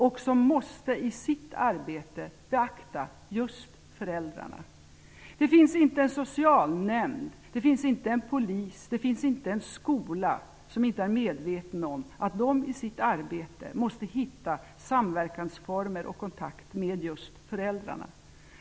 De måste i sitt arbete beakta just föräldrarna. Det finns inte en socialnämnd, inte en polis och inte en skola som inte är medveten om att man i sitt arbete måste hitta samverkansformer och få kontakt med just föräldrarna.